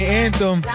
anthem